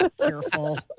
Careful